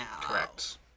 Correct